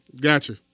Gotcha